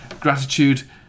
gratitude